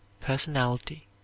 personality